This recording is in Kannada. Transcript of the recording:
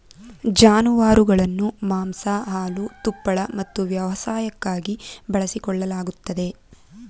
ಜಾನುವಾರುಗಳನ್ನು ಮಾಂಸ ಹಾಲು ತುಪ್ಪಳ ಮತ್ತು ವ್ಯವಸಾಯಕ್ಕಾಗಿ ಬಳಸಿಕೊಳ್ಳಲಾಗುತ್ತದೆ